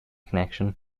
connection